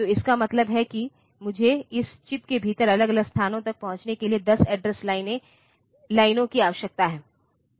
तो इसका मतलब है मुझे इस चिप के भीतर अलग अलग स्थानों तक पहुंचने के लिए 10 एड्रेस लाइनों की आवश्यकता है